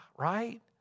Right